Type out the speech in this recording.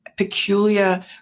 peculiar